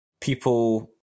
people